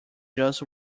just